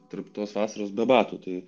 tarp tos vasaros be batų tai